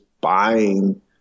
buying